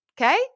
okay